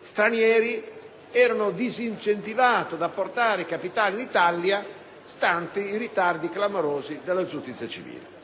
stranieri erano disincentivati a portare capitali in Italia stanti i ritardi clamorosi della giustizia civile.